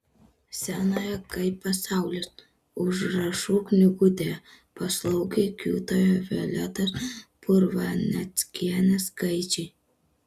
senoje kaip pasaulis užrašų knygutėje paslaugiai kiūtojo violetos purvaneckienės skaičiai